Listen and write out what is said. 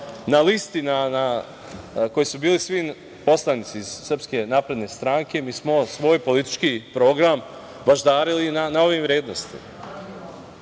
na listi koji su bili svi poslanici iz SNS, mi smo svoj politički program baždarili na ovim vrednostima